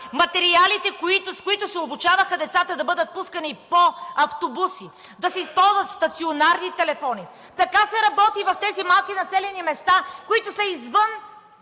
материалите, с които се обучаваха децата да бъдат пускани по автобуси, да се използват стационарни телефони. Така се работи в тези малки населени места, които са извън